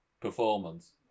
performance